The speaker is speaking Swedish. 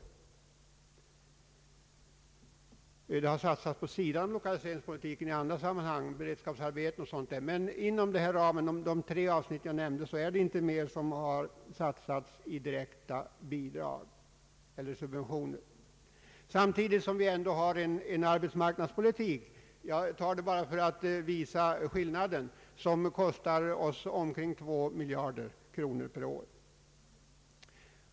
Utöver denna summa har man förstås satsat på beredskapsarbetena och liknande, men för de tre avsnitt jag nämnde har man inte satsat mer i bidrag eller subventioner. Samtidigt kostar oss arbetsmarknadspolitiken — jag nämner det för att visa skillnaden — omkring två miljarder kronor per år.